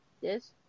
Yes